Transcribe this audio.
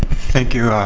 thank you,